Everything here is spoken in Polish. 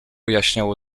jaśniało